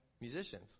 musicians